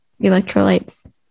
Electrolytes